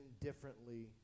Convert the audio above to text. differently